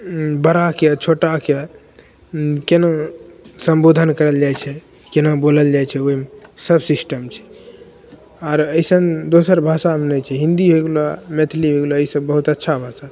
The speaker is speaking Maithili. उँ बड़ाकेँ छोटाकेँ उँ कोना सम्बोधन करल जाइ छै कोना बोलल जाइ छै ओहिमे सब सिस्टम छै आओर अइसन दोसर भाषामे नहि छै हिन्दी होइ गेलऽ मैथिली होइ गेलऽ ईसब बहुत अच्छा भाषा छै